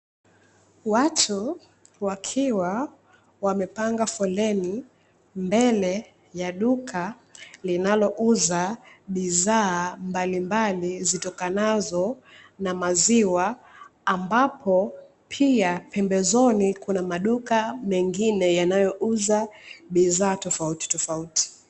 Watu wakiwa wamepanga foleni mbele ya duka linalouza bidhaa mbalimbali zitokanazo na maziwa, ambapo pia pembezoni kuna maduka mengine yanayo uza bidhaa tofautitofauti.